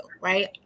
Right